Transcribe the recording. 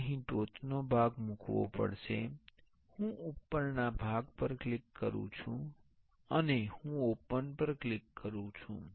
મારે અહીં ટોચનો ભાગ મુકવો પડશે હું ઉપરના ભાગ પર ક્લિક કરું છું અને હું ઓપન પર ક્લિક કરીશ